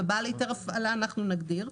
בעל היתר הפעלה, אנחנו נגדיר.